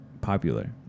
popular